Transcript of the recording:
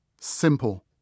Simple